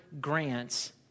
grants